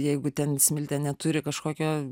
jeigu ten smiltė neturi kažkokio